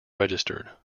registered